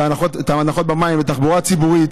את ההנחות במים ובתחבורה הציבורית,